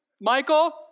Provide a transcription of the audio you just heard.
Michael